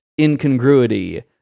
incongruity